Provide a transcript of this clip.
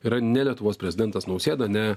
yra ne lietuvos prezidentas nausėda ne